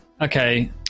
okay